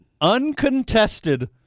uncontested